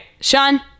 Sean